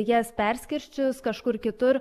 jas perskirsčius kažkur kitur